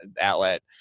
outlet